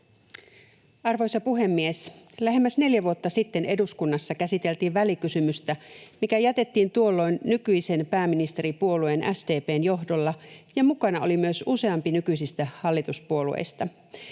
Arvoisa puhemies! Lähemmäs neljä vuotta sitten eduskunnassa käsiteltiin välikysymystä, mikä jätettiin tuolloin nykyisen pääministeripuolueen SDP:n johdolla, ja mukana oli myös useampi nykyisistä hallituspuolueista.